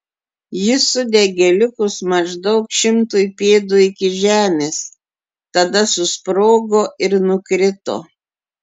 jis sudegė likus maždaug šimtui pėdų iki žemės tada susprogo ir nukrito